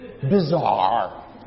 bizarre